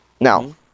now